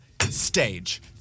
stage